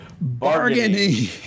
bargaining